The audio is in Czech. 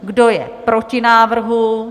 Kdo je proti návrhu?